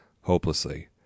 hopelessly